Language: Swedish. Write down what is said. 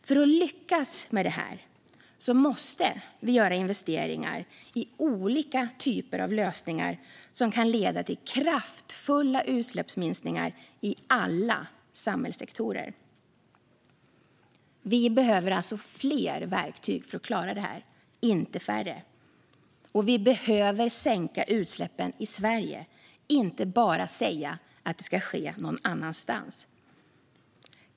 För att lyckas med detta måste vi göra investeringar i olika typer av lösningar som kan leda till kraftfulla utsläppsminskningar i alla samhällssektorer. Vi behöver alltså fler verktyg för att klara detta, inte färre. Och vi behöver minska utsläppen i Sverige, inte bara säga att det ska ske någon annanstans.